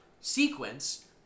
sequence